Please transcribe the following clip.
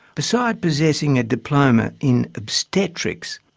besides possessing a diploma in obstetrics,